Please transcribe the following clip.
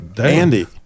Andy